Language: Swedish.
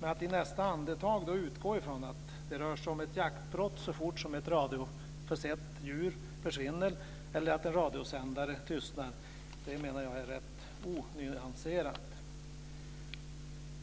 Men att i nästa andetag utgå ifrån att det rör sig om ett jaktbrott så fort som ett radioförsett djur försvinner eller så fort en radiosändare tystnar är rätt onyanserat, anser jag.